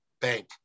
bank